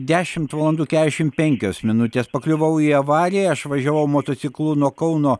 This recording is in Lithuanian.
dešimt valandų kesšim penkios minutės pakliuvau į avariją aš važiavau motociklu nuo kauno